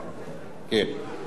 נכנעתם, אתם והליכוד,